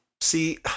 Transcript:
See